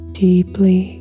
deeply